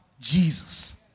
Jesus